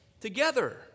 together